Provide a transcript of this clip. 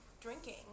drinking